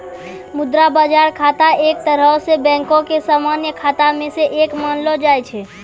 मुद्रा बजार खाता एक तरहो से बैंको के समान्य खाता मे से एक मानलो जाय छै